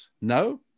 No